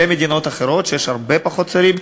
מדינות אחרות שיש בהן הרבה פחות שרים,